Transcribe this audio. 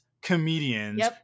comedians